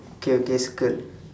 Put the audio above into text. okay okay circle